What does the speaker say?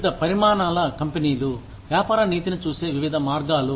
వివిధ పరిమాణాల కంపెనీలు వ్యాపార నీతిని చూసే వివిధ మార్గాలు